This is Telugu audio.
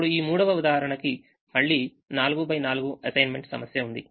ఇప్పుడు ఈ మూడవ ఉదాహరణకి మళ్ళీ 4 x 4 అసైన్మెంట్ సమస్య ఉంది